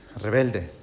rebelde